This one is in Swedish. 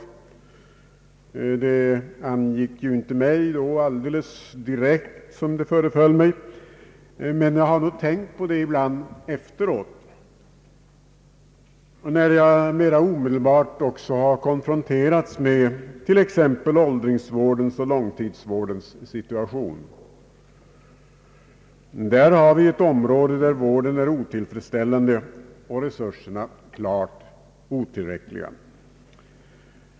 Det angick ju inte då mig direkt, som det föreföll mig. Men jag har nog tänkt på det ibland efteråt, när jag mer omedelbart har konfronterats med t.ex. åldringsvårdens och långtidsvårdens situation. Det är ett område där vården är otillfredsställande och resurserna otillräckliga.